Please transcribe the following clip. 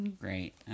Great